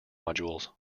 modules